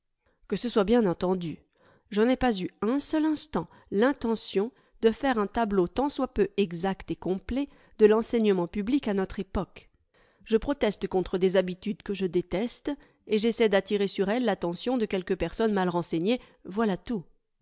que ce soit bien entendu je n'ai pas eu un seul instant l'intention de faire un tableau tant soit peu exact et complet de l'enseignement public à notre époque je proteste contre des habitudes que je déteste et j'essaie d'attirer sur elles l'attention de quelques personnes mal renseignées voilà tout